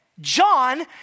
John